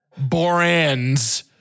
Borans